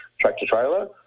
tractor-trailer